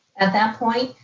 at that point,